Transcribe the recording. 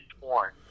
torn